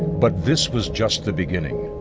but this was just the beginning.